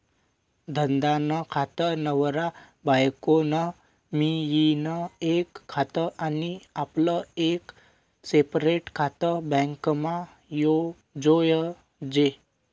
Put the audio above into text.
धंदा नं खातं, नवरा बायको नं मियीन एक खातं आनी आपलं एक सेपरेट खातं बॅकमा जोयजे